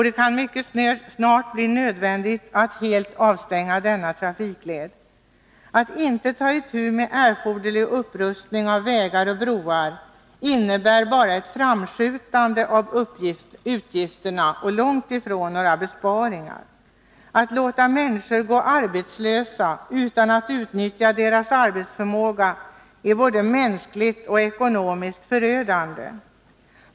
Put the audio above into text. Det kan mycket snart bli nödvändigt att helt avstänga denna trafikled. Att inte ta itu med erforderlig upprustning av vägar och broar innebär bara ett framskjutande av utgifterna och långt ifrån några besparingar. Att låta människor gå arbetslösa utan att utnyttja deras arbetsförmåga är både mänskligt och ekonomiskt förödande.